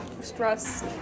stress